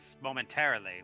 momentarily